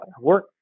work